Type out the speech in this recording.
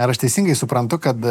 ar aš teisingai suprantu kad